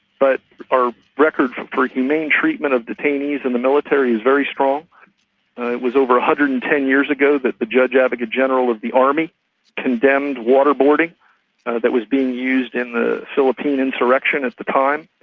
but our records for humane treatment of detainees in the military is very strong. it was over one hundred and ten years ago that the judge advocate general of the army condemned water-boarding that was being used in the philippine insurrection at the time,